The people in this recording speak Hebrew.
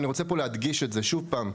אני רוצה פה להדגיש את זה שוב פעם,